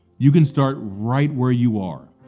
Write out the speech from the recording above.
you can start right where you are,